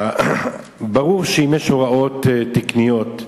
ברור שאם יש הוראות תקניות,